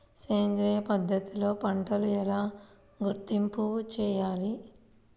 సేంద్రియ పద్ధతిలో పంటలు ఎలా గుర్తింపు చేయాలి?